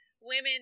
Women